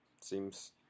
seems